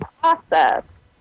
process